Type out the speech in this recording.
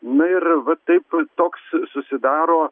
na ir va taip toks susidaro